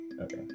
okay